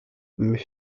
mais